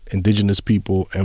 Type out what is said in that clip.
indigenous people, and